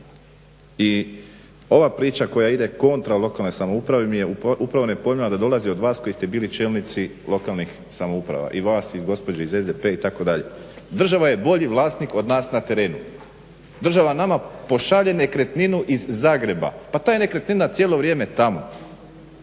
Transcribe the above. I ova priča koja ide kontra lokalnoj samoupravi mi je upravo nepojmljiva da dolazi od vas koji ste bili čelnici lokalnih samouprava i vas i gospođe iz SDP itd.. Država je bolji vlasnik od nas na terenu. Država nama pošalje nekretninu iz Zagreba, pa ta je nekretnina cijelo vrijeme tamo.